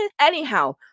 anyhow